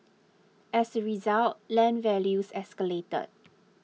as a result land values escalated